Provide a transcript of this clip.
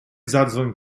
zadzwoń